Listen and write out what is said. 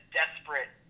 desperate